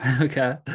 Okay